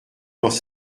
dans